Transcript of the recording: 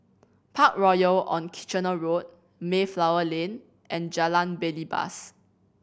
Parkroyal on Kitchener Road Mayflower Lane and Jalan Belibas